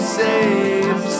safe